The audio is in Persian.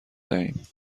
دهیم